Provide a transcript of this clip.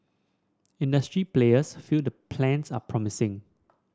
industry players feel the plans are promising